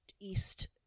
East